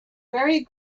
very